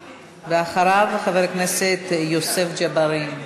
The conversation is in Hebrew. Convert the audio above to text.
ואחריו, חבר הכנסת יוסף ג'בארין.